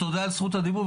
תודה על זכות הדיבור,